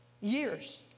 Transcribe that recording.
years